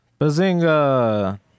Bazinga